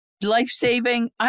life-saving